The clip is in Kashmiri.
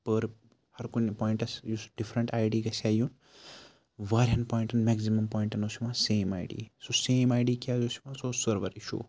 پٔر ہرکُنہِ پویِنٛٹَس یُس ڈِفرنٛٹ آی ڈی گژھِ ہا یُن وایَہَن پویِنٛٹَن مٮ۪کزِمَم پویِنٛٹَس اوس یِوان سیم آی ڈی سُہ سیم آی ڈی کیٛاہ اوس یِوان سُہ اوس سٔروَر اِشوٗ